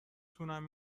تونم